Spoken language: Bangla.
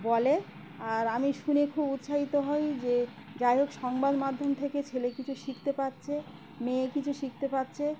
বলে আর আমি শুনে খুব উৎসাহিত হই যে যাই হোক সংবাদ মাধ্যম থেকে ছেলে কিছু শিখতে পাচ্ছে মেয়ে কিছু শিখতে পাচ্ছে